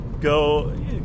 go